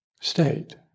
state